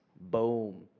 Boom